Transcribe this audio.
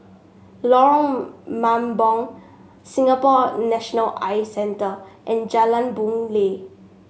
Lorong Mambong Singapore National Eye Centre and Jalan Boon Lay